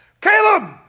Caleb